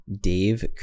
dave